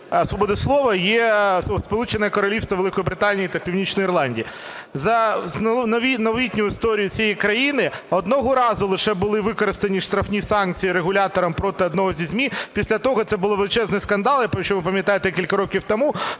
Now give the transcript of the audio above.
свободи слова є Сполучене Королівство Великобританії та Північної Ірландії. За новітню історію цієї країни одного разу лише були використані штрафні санкції регулятором проти одного зі ЗМІ. Після того це були величезні скандали, якщо ви пам'ятаєте, кілька років тому,